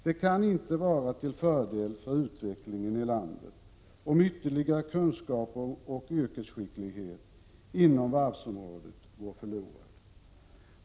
Det kan inte vara till fördel för utvecklingen i landet om ytterligare kunskap och yrkeskicklighet inom varvsområdet går förlorade.